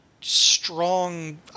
strong